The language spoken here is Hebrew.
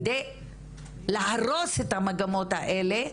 כדי להרוס את המגמות האלה,